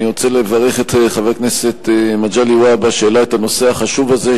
אני רוצה לברך את חבר הכנסת מגלי והבה שהעלה את הנושא החשוב הזה,